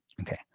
Okay